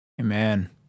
Amen